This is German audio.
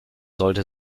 sollte